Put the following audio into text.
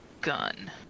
gun